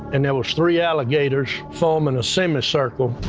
and there were three alligators forming a semi circle.